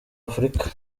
africa